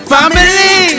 Family